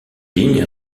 lignes